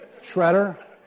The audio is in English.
Shredder